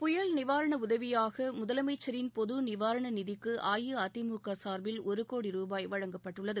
புயல் நிவாரண உதவியாக முதலமைச்சரின் பொது நிவாரண நிதிக்கு அஇஅதிமுக சார்பில் ஒரு கோடி ரூபாய் வழங்கப்பட்டுள்ளது